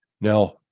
Now